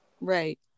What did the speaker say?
right